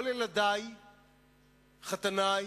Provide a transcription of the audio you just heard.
כל ילדי, חתני,